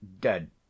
dead